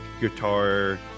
guitar